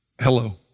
Hello